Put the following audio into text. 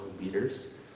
leaders